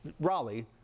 Raleigh